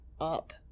up